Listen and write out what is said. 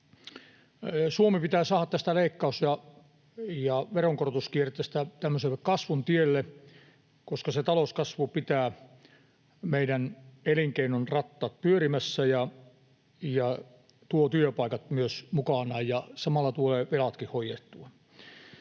Suomi pitää saada tästä leikkaus- ja veronkorotuskierteestä kasvun tielle, koska talouskasvu pitää meidän elinkeinojen rattaat pyörimässä ja tuo mukanaan myös työpaikat ja samalla tulevat velatkin hoidettua.